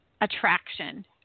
attraction